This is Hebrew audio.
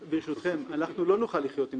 ברשותכם, אנחנו לא נוכל לחיות עם